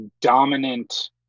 dominant